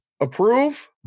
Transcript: approve